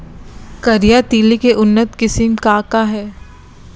करिया तिलि के उन्नत किसिम का का हे?